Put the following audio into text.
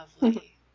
Lovely